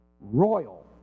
royal